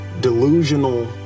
delusional